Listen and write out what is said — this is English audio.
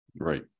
Right